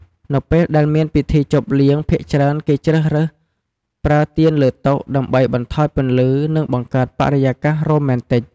នៅពេលដែលមានពិធីជប់លៀង ភាគច្រើនគេជ្រើសរើសប្រើទៀនលើតុ ដើម្បីបន្ថយពន្លឺ និងបង្កើតបរិយាកាសរ៉ូមែនទិច។